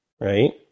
right